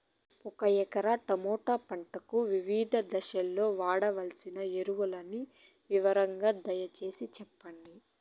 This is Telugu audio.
ఒక ఎకరా టమోటా పంటకు వివిధ దశల్లో వాడవలసిన ఎరువులని వివరంగా దయ సేసి చెప్పండి?